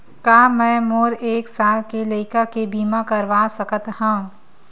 का मै मोर एक साल के लइका के बीमा करवा सकत हव?